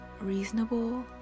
reasonable